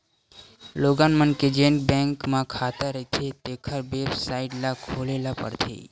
लोगन मन के जेन बैंक म खाता रहिथें तेखर बेबसाइट ल खोले ल परथे